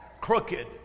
Crooked